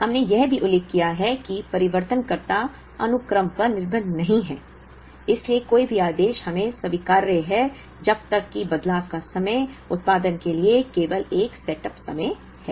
हमने यह भी उल्लेख किया है कि परिवर्तनकर्ता अनुक्रम पर निर्भर नहीं हैं इसलिए कोई भी आदेश हमें स्वीकार्य है जब तक कि बदलाव का समय उत्पादन के लिए केवल एक सेटअप समय है